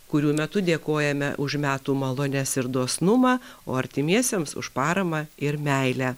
kurių metu dėkojame už metų malones ir dosnumą o artimiesiems už paramą ir meilę